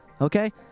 Okay